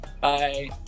Bye